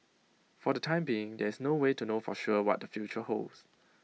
for the time being there is no way to know for sure what their future holds